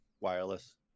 wireless